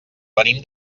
venim